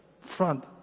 front